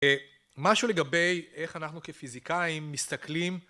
משהו לגבי איך אנחנו כפיזיקאים מסתכלים